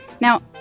Now